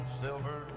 silver